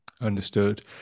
Understood